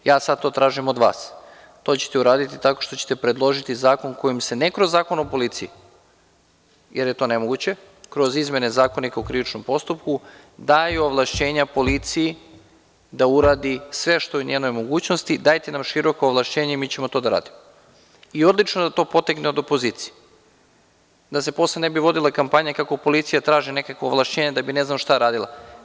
Ja sada to tražim od vas, i to ćete uraditi tako što ćete predložiti što ćete, ne kroz Zakon o policiji, jer je to nemoguće, kroz izmene Zakona o krivičnom postupku, daju ovlašćenja policiji, da uradi sve što je u njenoj mogućnosti, dajte nam široka ovlašćenja i mi ćemo to da radimo, i odlično je da to potekne od opozicije, da se posle ne bi vodila kampanja kako policija traži neka ovlašćenja, da bi ne znam šta radila.